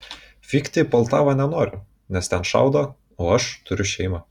vykti į poltavą nenoriu nes ten šaudo o aš turiu šeimą